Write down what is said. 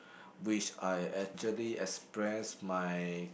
which I actually express my